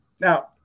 now